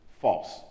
False